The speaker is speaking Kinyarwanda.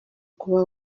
kuba